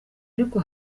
ariko